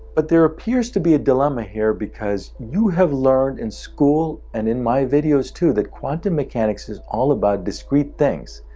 but there appears to be a dilemma here because you have learned in school and in my videos too, that quantum mechanics is all about discrete things.